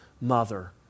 mother